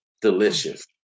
delicious